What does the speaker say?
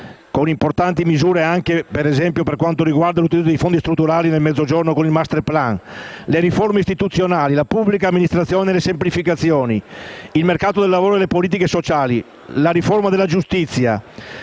con importanti misure per esempio per quanto riguarda l'utilizzo di fondi strutturali nel Mezzogiorno con il *masterplan*, le riforme istituzionali, la pubblica amministrazione e le semplificazioni, il mercato del lavoro e le politiche sociali, la riforma della giustizia,